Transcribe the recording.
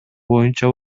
боюнча